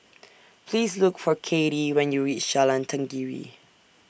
Please Look For Kathey when YOU REACH Jalan Tenggiri